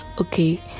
okay